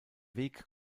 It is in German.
weg